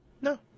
no